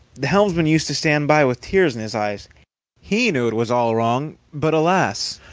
the helmsman used to stand by with tears in his eyes he knew it was all wrong, but alas!